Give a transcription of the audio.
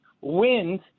wind